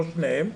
לא שניהם,